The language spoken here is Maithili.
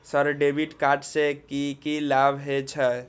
सर डेबिट कार्ड से की से की लाभ हे छे?